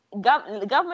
government